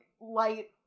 light